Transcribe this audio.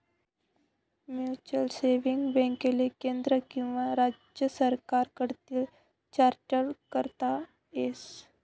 mutual saving बॅकले केंद्र किंवा राज्य सरकार कडतीन चार्टट करता येस